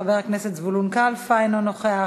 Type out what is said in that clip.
חבר הכנסת זבולון קלפה, אינו נוכח.